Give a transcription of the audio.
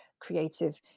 creative